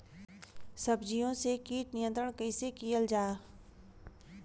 सब्जियों से कीट नियंत्रण कइसे कियल जा?